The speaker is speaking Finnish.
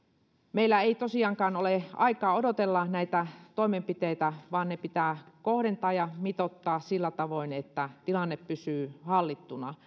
meillä ei tosiaankaan ole aikaa odotella näitä toimenpiteitä vaan ne pitää kohdentaa ja mitoittaa sillä tavoin että tilanne pysyy hallittuna